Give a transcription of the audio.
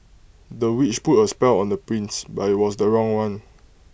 the witch put A spell on the prince but IT was the wrong one